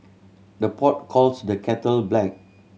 the pot calls the kettle black